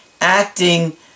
acting